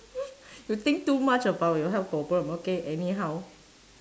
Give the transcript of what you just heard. you think too much about your health problem okay anyhow